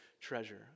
treasure